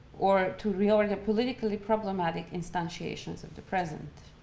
or to reorder politically problematic instantiations of the present.